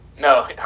No